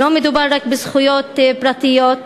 לא מדובר רק בזכויות פרטיות,